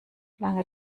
lange